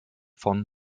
von